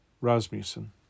Rasmussen